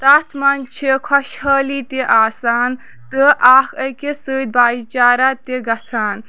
تَتھ منٛز چھِ خۄشہٲلی تہِ آسان تہٕ اکھ أکِس سۭتۍ بایی چارا تہِ گژھان